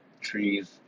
trees